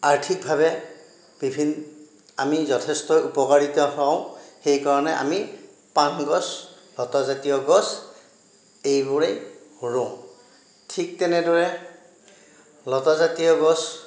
আৰ্থিকভাৱে বিভিন আমি যথেষ্ট উপকাৰিত হওঁ সেই কাৰণে আমি পান গছ লতা জাতীয় গছ এইবোৰেই ৰোওঁ ঠিক তেনেদৰে লতা জাতীয় গছ